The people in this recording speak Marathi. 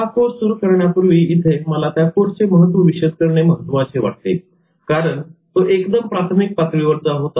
हा कोर्स सुरू करण्यापूर्वी इथे मला त्या कोर्सचे महत्त्व विशद करणे महत्त्वाचे वाटते कारण तो एकदम प्राथमिक पातळीवरचा होता